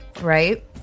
right